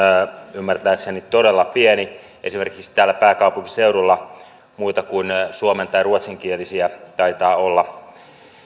ymmärtääkseni todella pieni esimerkiksi täällä pääkaupunkiseudulla muita kuin suomen tai ruotsinkielisiä taitaa olla